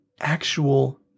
actual